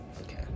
Okay